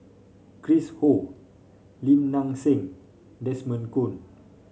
Chris Ho Lim Nang Seng Desmond Kon